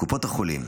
לקופות החולים.